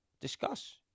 discuss